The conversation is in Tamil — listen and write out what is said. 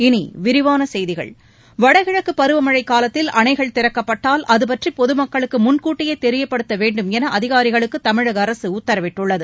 இனி விரிவான செய்திகள் வடகிழக்குப் பருவமழைக் காலத்தில் அணைகள் திறக்கப்பட்டால் அதுபற்றி பொது மக்களுக்கு முன்கூட்டியே தெரியப்படுத்த வேண்டும் என அதிகாரிகளுக்கு தமிழக அரசு உத்தரவிட்டுள்ளது